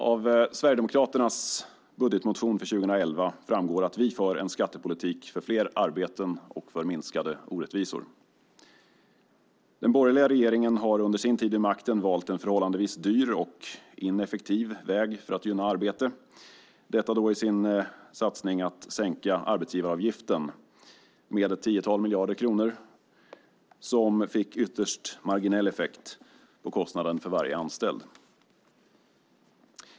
Av Sverigedemokraternas motion om budget för 2011 framgår att vi är för en skattepolitik för fler arbeten och för minskade orättvisor. Den borgerliga regeringen har under sin tid vid makten valt en förhållandevis dyr och ineffektiv väg för att gynna arbete i sin satsning att sänka arbetsgivaravgiften med ett tiotal miljarder kronor, som fick en ytterst marginell effekt på kostnaden för varje anställd.